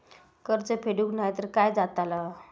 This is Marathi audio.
कर्ज फेडूक नाय तर काय जाताला?